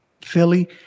Philly